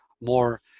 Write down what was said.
more